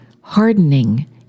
hardening